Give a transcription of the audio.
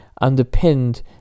underpinned